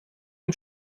ihm